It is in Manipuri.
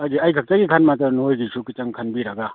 ꯑꯩꯗꯤ ꯑꯩ ꯈꯛꯇꯒꯤ ꯈꯟꯕ ꯅꯠꯇꯕ ꯅꯣꯏꯒꯤꯁꯨ ꯈꯤꯇꯪ ꯈꯟꯕꯤꯔꯒ